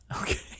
Okay